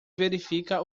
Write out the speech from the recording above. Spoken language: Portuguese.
verifica